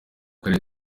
karere